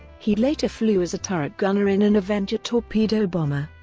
he later flew as a turret gunner in an avenger torpedo bomber.